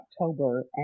October